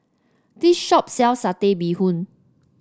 this shop sells Satay Bee Hoon